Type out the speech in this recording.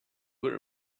her